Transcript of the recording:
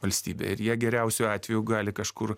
valstybė ir jie geriausiu atveju gali kažkur